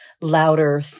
louder